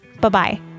Bye-bye